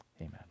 Amen